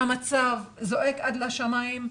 המצב זועק עד לשמיים,